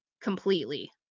completely